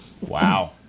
Wow